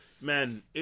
man